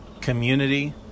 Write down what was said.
community